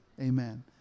Amen